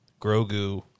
Grogu